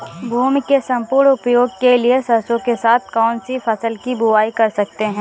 भूमि के सम्पूर्ण उपयोग के लिए सरसो के साथ कौन सी फसल की बुआई कर सकते हैं?